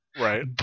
Right